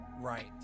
right